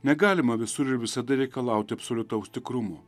negalima visur ir visada reikalauti absoliutaus tikrumo